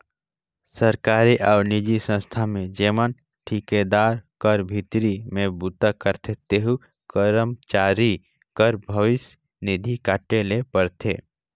सरकारी अउ निजी संस्था में जेमन ठिकादार कर भीतरी में बूता करथे तेहू करमचारी कर भविस निधि काटे ले परथे